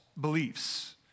beliefs